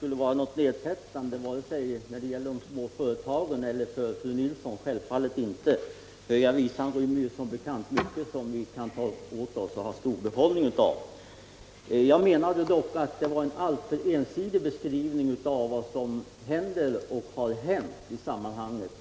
som något nedsättande, vare sig när det gäller de små företagen eller fru Nilsson i Kristianstad, självfallet inte. Höga visan rymmer som bekant mycket som vi kan ha stor behållning av. Jag anser dock att fru Nilsson gav en alltför ensidig beskrivning av vad som händer och har hänt i sammanhanget.